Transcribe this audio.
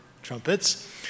trumpets